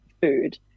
food